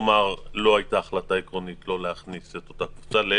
לא הייתה החלטה עקרונית לא להכניס את הקבוצה המדוברת,